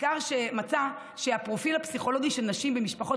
מחקר מצא שהפרופיל הפסיכולוגי של נשים במשפחות